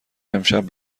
امشب